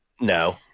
No